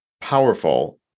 powerful